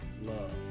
love